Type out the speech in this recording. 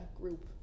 group